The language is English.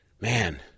man